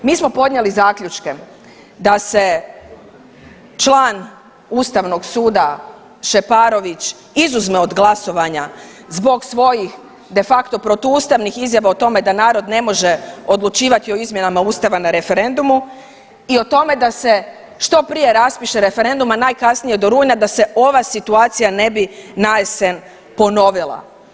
Mi smo podnijeli zaključke da se član Ustavnog suda Šeparović izuzme od glasovanja zbog svojih de facto protuustavnih izjava o tome da narod ne može odlučivati o izmjenama Ustava na referendumu i o tome da se što prije raspiše referendum, a najkasnije do rujna da se ova situacija ne bi na jesen ponovila.